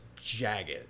jagged